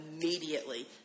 immediately